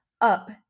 up